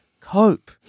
cope